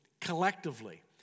collectively